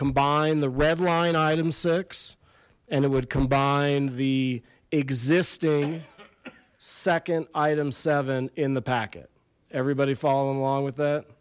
combine the red line item six and it would combine the existing second item seven in the packet everybody following along with that